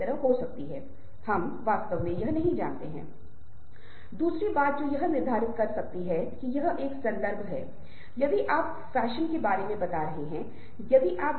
आप पा सकते हैं कि बोलने और सुनने में प्रकाश डाला गया है पर पढ़ने और लिखने पर नहीं क्योंकि कुछ अर्थों में हमारा ध्यान सामाजिक लेनदेन पर है